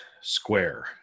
square